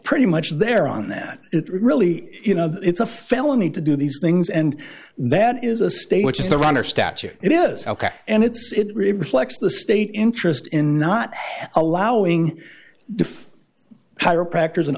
pretty much there on that it really you know it's a felony to do these things and that is a state which is the runner statute it is ok and it's it reflects the state interest in not allowing